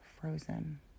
frozen